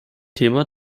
thema